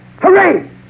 Hooray